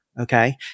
Okay